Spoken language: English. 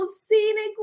scenic